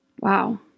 Wow